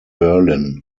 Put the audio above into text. berlin